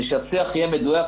ושהשיח יהיה מדויק,